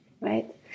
right